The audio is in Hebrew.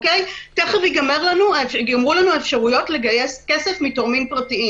תיכף ייגמרו לנו האפשרויות לגייס כסף מתורמים פרטיים.